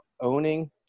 owning